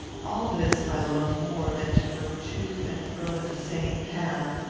all this i loved more than to go to and fro in the same path,